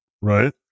Right